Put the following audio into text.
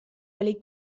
oli